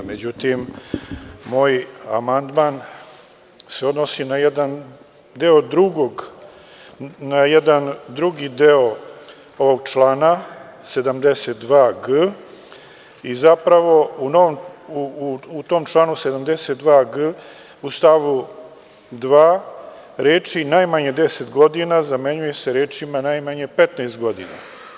Međutim, moj amandman se odnosi na jedan drugi deo ovog člana 72g i zapravo u tom članu 72g u stavu 2. reči: „Najmanje 10 godina“, zamenjuju se rečima: „Najmanje 15 godina“